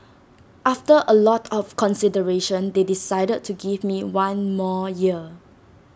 after A lot of consideration they decided to give me one more year